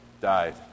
died